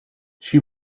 she